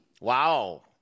Wow